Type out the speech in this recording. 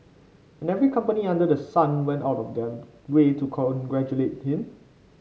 and every company under the sun went out of their way to congratulate him